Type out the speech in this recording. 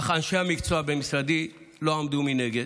אך אנשי המקצוע במשרדי לא עמדו מנגד,